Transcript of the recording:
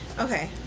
Okay